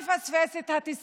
הם רצו לא לפספס את הטיסה.